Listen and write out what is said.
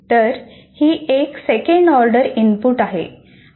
तर ही एक "सेकंड ऑर्डर इनपुट" आहे